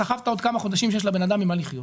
סחבת עוד כמה חודשים שיש לבן אדם ממה לחיות.